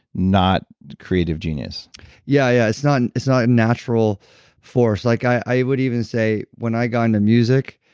not creative genius yeah, yeah. it's not it's not natural for. like i would even say, when i got into music.